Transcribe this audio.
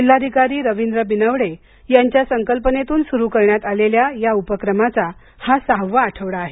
जिल्हाधिकारी रवींद्र बिनवडे यांच्या संकल्पनेतून सुरू करण्यात आलेल्या या उपक्रमाचा हा सहावा आठवडा आहे